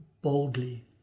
boldly